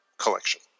collection